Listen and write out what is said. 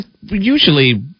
Usually